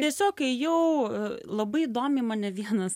tiesiog ėjau labai įdomiai mane vienas